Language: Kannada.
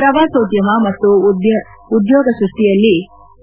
ಪ್ರವಾಸೋದ್ಯಮಕ್ಕೆ ಉತ್ತೇಜನ ನೀಡುವಲ್ಲಿ